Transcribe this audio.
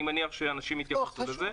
אני מניח שאנשים יתייחסו לזה,